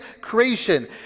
creation